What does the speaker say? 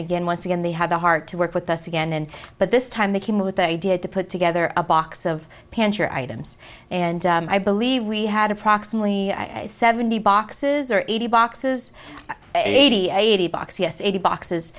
again once again they have the heart to work with us again but this time they came with the idea to put together a box of pants or items and i believe we had approximately seventy boxes or eighty boxes eighty eighty box yes eighty boxes